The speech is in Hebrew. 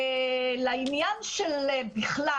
לעניין של בכלל,